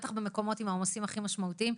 בטח במקומות עם העומסים הכי משמעותיים.